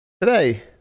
Today